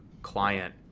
client